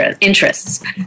interests